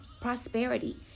prosperity